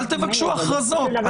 אז אל תבקשו הכרזות.